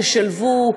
תשלבו,